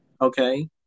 okay